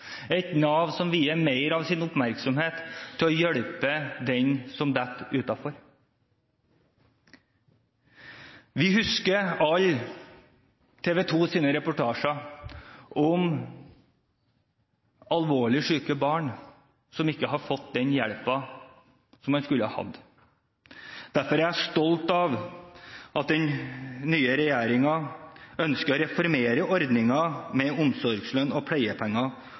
et Nav som vier mer av sin oppmerksomhet til å hjelpe den som detter utenfor. Vi husker alle TV 2s reportasjer om alvorlig syke barn som ikke har fått den hjelpen som de skulle hatt. Derfor er jeg stolt av at den nye regjeringen ønsker å reformere ordningen med omsorgslønn og pleiepenger